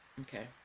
Okay